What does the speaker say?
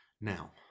Now